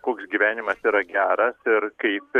koks gyvenimas yra geras ir kaip